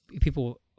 people